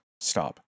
stop